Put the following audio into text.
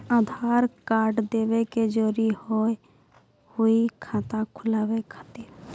आधार कार्ड देवे के जरूरी हाव हई खाता खुलाए खातिर?